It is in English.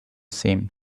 same